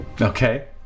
Okay